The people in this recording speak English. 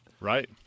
right